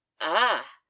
Ah